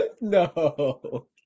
No